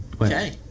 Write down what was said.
okay